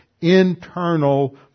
internal